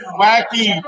wacky